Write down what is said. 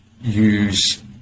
use